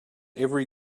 every